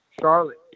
Charlotte